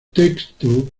texto